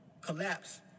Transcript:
collapse